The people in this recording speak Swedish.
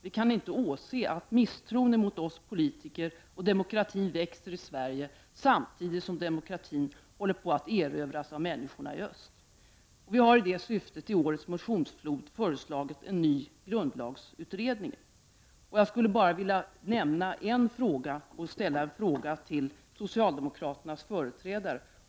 Vi kan inte åse att misstron mot oss politiker och demokratin växer i Sverige samtidigt som demokratin håller på att erövras av människorna i öst. Vi har i detta syfte i årets motionsflod föreslagit en ny grundlagsutredning. Jag vill ställa en fråga till socialdemokraternas företrädare.